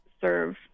serve